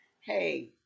Hey